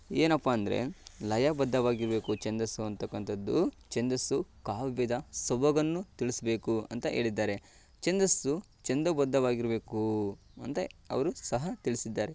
ಏನಪ್ಪ ಅಂದರೆ ಲಯಬದ್ಧವಾಗಿರಬೇಕು ಛಂದಸ್ಸು ಅಂತಕ್ಕಂಥದ್ದು ಛಂದಸ್ಸು ಕಾವ್ಯದ ಸೊಬಗನ್ನು ತಿಳಿಸ್ಬೇಕು ಅಂತ ಹೇಳಿದ್ದಾರೆ ಛಂದಸ್ಸು ಚಂದಬದ್ಧವಾಗಿರಬೇಕು ಅಂತ ಅವರೂ ಸಹ ತಿಳಿಸಿದ್ದಾರೆ